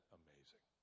amazing